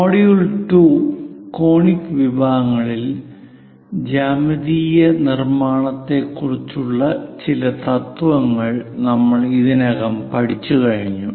module 2 conic വിഭാഗങ്ങളിൽ ജ്യാമിതീയ നിർമ്മാണത്തെക്കുറിച്ചുള്ള ചില തത്ത്വങ്ങൾ നമ്മൾ ഇതിനകം പഠിച്ചുകഴിഞ്ഞു